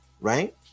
right